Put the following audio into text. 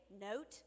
note